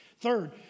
Third